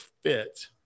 fit